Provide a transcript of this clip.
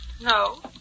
No